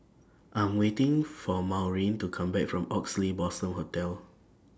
I'm waiting For Maureen to Come Back from Oxley Blossom Hotel